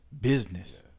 business